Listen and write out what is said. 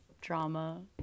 drama